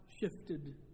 shifted